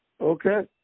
okay